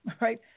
right